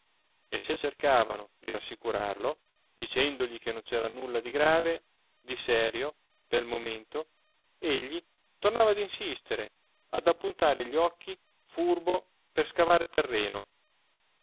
e se cercavano di rassicurarlo dicendogli che non c'era nulla di grave di serio pel momento egli tornava ad insistere ad appuntare gli occhi furbo per scavar terreno